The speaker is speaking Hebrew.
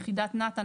יחידת נת"א.